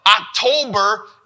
October